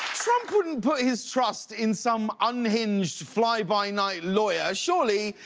trump wouldn't put his trust in some unhinged fly-by-night lawyer. surely,